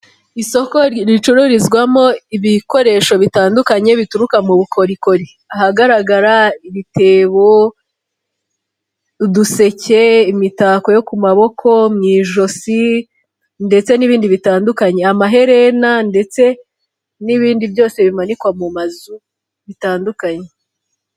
Isoko ricururizwamo ibikoresho bitandukanye bituruka mu bukorikori, ahagaragara ibitebo, uduseke, imitako yo ku maboko, mu ijosi ndetse n'ibindi bitandukanye amaherena ndetse n'ibindi byose bimanikwa mu mazu bitandukanye.